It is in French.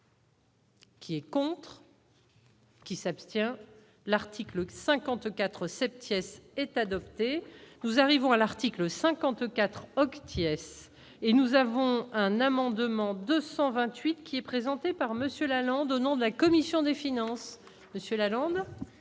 Qui est contre. Qui s'abstient, l'article 54 7ème est adopté, nous arrivons à l'article 54 obtiennent. Et nous avons un amendement 228 qui est présenté par Monsieur Lalonde au nom de la commission des finances, Monsieur